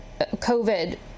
COVID